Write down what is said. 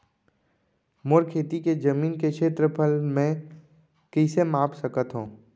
मोर खेती के जमीन के क्षेत्रफल मैं कइसे माप सकत हो?